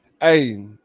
hey